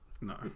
no